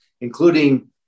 including